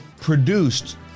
produced